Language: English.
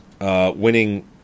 winning